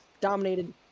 dominated